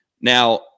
Now